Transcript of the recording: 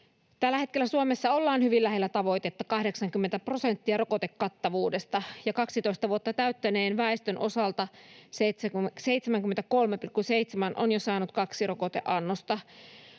Tällä hetkellä Suomessa ollaan hyvin lähellä tavoitetta 80 prosentin rokotekattavuudesta, ja 12 vuotta täyttäneen väestön osalta 73,7 prosenttia on jo saanut kaksi rokoteannosta.